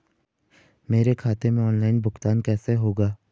मेरे खाते में ऑनलाइन भुगतान कैसे होगा?